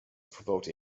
provoked